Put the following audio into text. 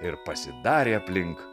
ir pasidarė aplink